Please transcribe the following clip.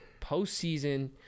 postseason